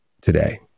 today